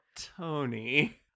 tony